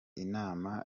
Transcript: inama